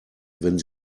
wenn